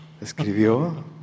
¿Escribió